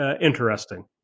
interesting